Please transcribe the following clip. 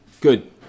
Good